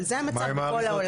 אבל זה המצב בכל העולם.